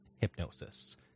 hypnosis